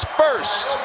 first